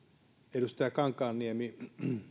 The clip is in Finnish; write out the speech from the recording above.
edustaja kankaanniemi